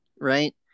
right